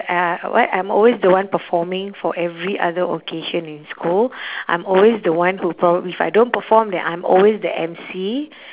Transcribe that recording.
uh what I'm always the one performing for every other occasion in school I'm always the one who perform if I don't perform then I'm always the M_C